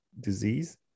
disease